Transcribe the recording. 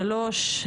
שלוש,